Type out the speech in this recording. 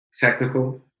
technical